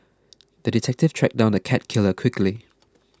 the detective tracked down the cat killer quickly